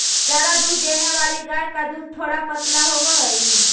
ज्यादा दूध देने वाली गाय का दूध थोड़ा पतला होवअ हई